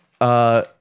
uh-